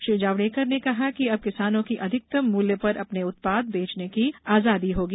श्री जावड़ेकर ने कहा कि अब किसानों को अधिकतम मूल्य पर अपने उत्पाद बेचने की आजादी होगी